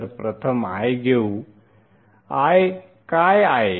तर प्रथम I घेऊ I काय आहे